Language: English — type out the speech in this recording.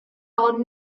are